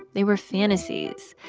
they were fantasies,